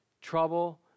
trouble